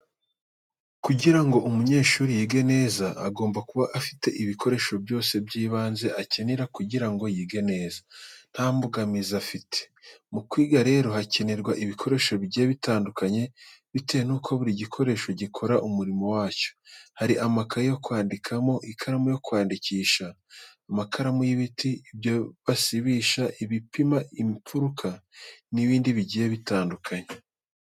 Kugira ngo umunyeshuri yige neza agomba kuba afite ibikoresho byose by'ibanze akenera kugira ngo yige neza nta mbogamizi afite. Mu kwiga rero hakenerwa ibikoresho bigiye bitandukanye bitewe nuko buri gikoresho gikora umurimo wacyo. Hari amakaye yo kwandikamo, ikaramu yo kwandikisha, amakaramu y'ibiti, ibyo basibisha, ibipima imfuruka n'ibindi bigiye bitandukanye.